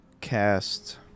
cast